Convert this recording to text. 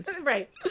right